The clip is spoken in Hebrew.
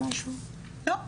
לא.